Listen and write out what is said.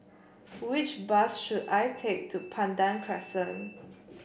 which bus should I take to Pandan Crescent